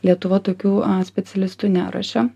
lietuva tokių specialistų neruošia